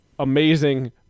Amazing